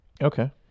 Okay